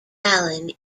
allen